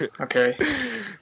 Okay